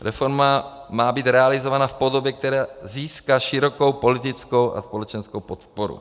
Reforma má být realizována v podobě, která získá širokou politickou a společenskou podporu.